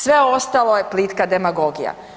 Sve ostalo je plitka demagogija.